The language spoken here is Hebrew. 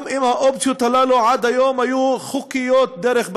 גם אם האופציות הללו עד היום היו חוקיות דרך בתי-המשפט,